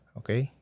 okay